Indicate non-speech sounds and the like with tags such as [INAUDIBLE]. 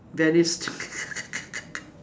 very [LAUGHS]